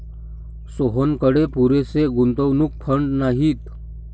सोहनकडे पुरेसे गुंतवणूक फंड नाहीत